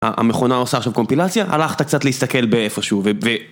המכונה עושה עכשיו קומפילציה, הלכת קצת להסתכל באיפשהו ובא...